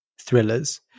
thrillers